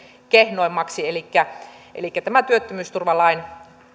kehnoimmaksi elikkä elikkä tämän työttömyysturvalain